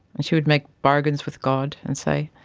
and she would make bargains with god and say,